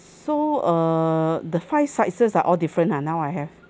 so err the fries sides are all different ha now I have